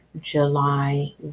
July